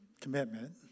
commitment